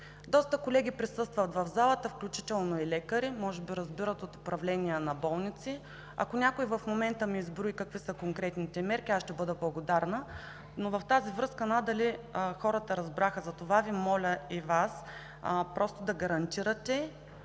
Доста колеги присъстват в залата, включително и лекари. Може би разбират от управление на болници. Ако някой в момента ми изброи какви са конкретните мерки, аз ще бъда благодарна, но в тази връзка надали хората разбраха, затова Ви моля и Вас просто да гарантирате,